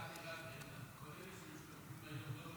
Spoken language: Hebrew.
תסלח לי רק רגע.